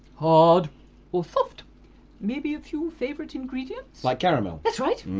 hard or soft maybe a few favourite ingredients? like caramel. that's right. mmm.